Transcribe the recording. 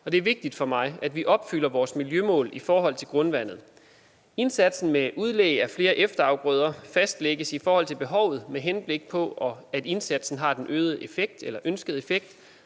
det er vigtigt for mig, at vi opfylder vores miljømål i forhold til grundvandet. Indsatsen med udlægning af flere efterafgrøder fastlægges i forhold til behovet, med henblik på at indsatsen har den ønskede effekt,